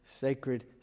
sacred